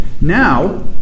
Now